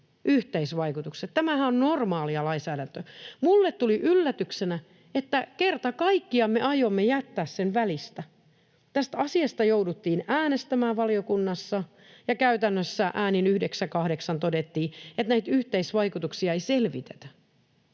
yhteisvaikutukset. Tämähän on normaalia lainsäädäntöä. Minulle tuli yllätyksenä, että kerta kaikkiaan me aiomme jättää sen välistä. Tästä asiasta jouduttiin äänestämään valiokunnassa ja käytännössä äänin 9—8 todettiin, että näitä yhteisvaikutuksia ei selvitetä.